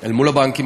אל מול הבנקים.